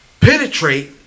penetrate